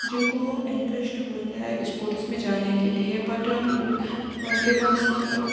جن کو انٹریسٹ ہوتا ہے اسپورٹس میں جانے کے لیے بٹ ان کے پاس